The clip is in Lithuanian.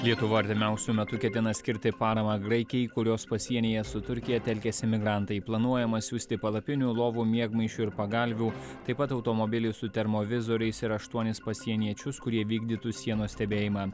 lietuva artimiausiu metu ketina skirti paramą graikijai kurios pasienyje su turkija telkiasi migrantai planuojama siųsti palapinių lovų miegmaišių ir pagalvių taip pat automobilį su termovizoriais ir aštuonis pasieniečius kurie vykdytų sienos stebėjimą